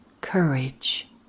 courage